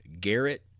Garrett